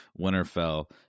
Winterfell